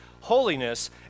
holiness